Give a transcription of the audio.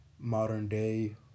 modern-day